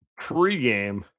pregame